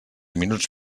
minuts